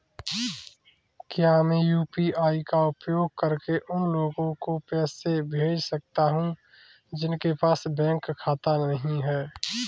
क्या मैं यू.पी.आई का उपयोग करके उन लोगों को पैसे भेज सकता हूँ जिनके पास बैंक खाता नहीं है?